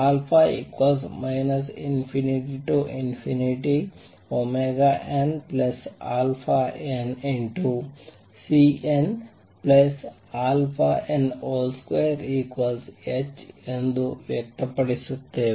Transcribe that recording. ∞nαn|Cnαn |2h ಎಂದು ವ್ಯಕ್ತಪಡಿಸುತ್ತೇವೆ